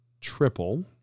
triple